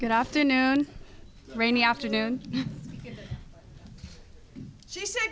good afternoon rainy afternoon she said